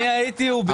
אני הייתי, הוא בירך.